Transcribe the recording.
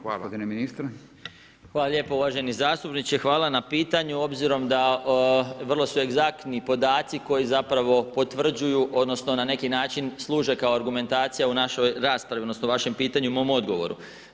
Hvala lijepo uvaženi zastupniče, hvala na pitanju obzirom da vrlo su egzaktni podaci koji zapravo potvrđuju odnosno na neki način služe kao argumentacija u našoj raspravi, odnosno vašem pitanju i mom odgovoru.